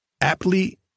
aptly